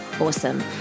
awesome